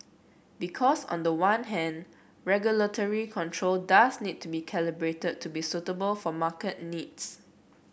because on the one hand regulatory control does need to be calibrated to be suitable for market needs